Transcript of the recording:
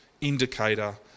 indicator